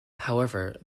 however